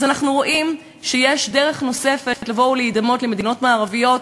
אנחנו רואים שיש דרך נוספת לבוא ולהידמות למדינות מערביות,